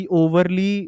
overly